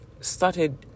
started